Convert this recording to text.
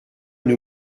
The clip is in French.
une